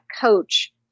coach